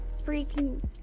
freaking